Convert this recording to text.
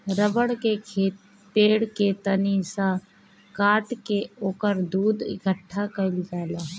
रबड़ के पेड़ के तनी सा काट के ओकर दूध इकट्ठा कइल जाला